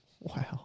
Wow